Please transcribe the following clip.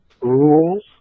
rules